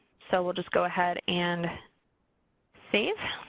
so we'll just go ahead and save,